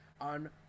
on